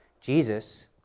Jesus